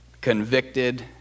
convicted